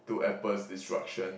to Apple's destruction